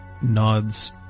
nods